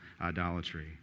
idolatry